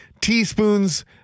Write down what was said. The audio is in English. teaspoons